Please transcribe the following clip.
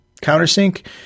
countersink